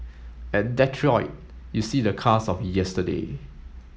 at Detroit you see the cars of yesterday